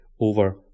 over